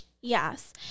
Yes